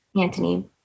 Anthony